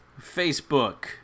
facebook